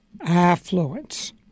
affluence